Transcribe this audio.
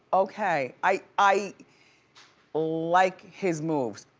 okay, i i like his moves.